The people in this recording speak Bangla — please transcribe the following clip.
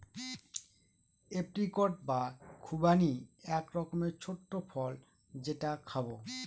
এপ্রিকট বা খুবানি এক রকমের ছোট্ট ফল যেটা খাবো